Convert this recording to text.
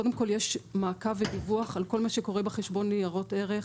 קודם כל יש מעקב ודיווח על כל מה שקורה בחשבון ניירות ערך,